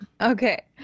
Okay